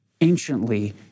anciently